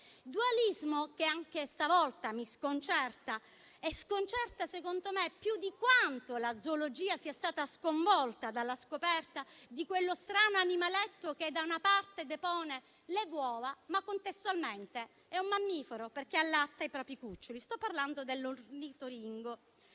dualismo anche stavolta sconcerta, a mio parere, più di quanto la zoologia sia stata sconvolta dalla scoperta di quello strano animaletto che da una parte depone le uova, ma contestualmente è un mammifero, perché allatta i propri cuccioli (sto parlando dell'ornitorinco).